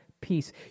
peace